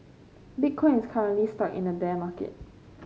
Bitcoin is currently stuck in a bear market